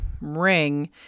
ring